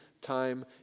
time